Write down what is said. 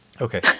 Okay